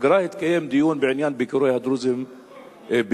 בפגרה התקיים דיון בעניין ביקורי הדרוזים בסוריה,